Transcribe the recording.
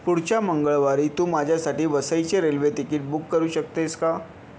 पुढच्या मंगळवारी तू माझ्यासाठी वसईचे रेल्वे तिकीट बुक करू शकतेस का